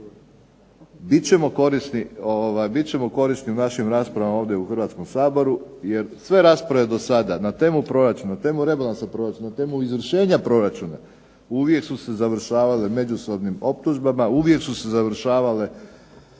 biti ćemo korisni u našim raspravama u Hrvatskom saboru jer sve rasprave do sada na temu proračuna, rebalansa proračuna na temu izvršenja proračuna, uvijek su završavale međusobnim optužbama, uvijek su završavale